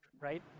right